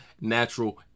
natural